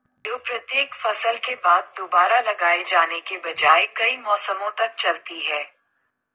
जो प्रत्येक फसल के बाद दोबारा लगाए जाने के बजाय कई मौसमों तक चलती है